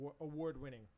award-winning